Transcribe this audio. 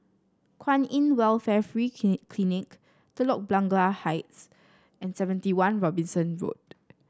Kwan In Welfare Free Clinic Telok Blangah Heights and Seventy One Robinson Road